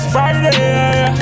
Friday